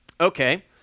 Okay